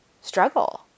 struggle